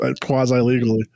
quasi-legally